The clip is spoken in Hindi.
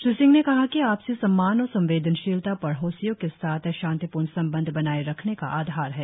श्री सिंह ने कहा कि आपसी सम्मान और संवेदनशीलता पड़ोसियों के साथ शांतिपूर्ण संबंध बनाए रखने का आधार है